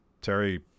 Terry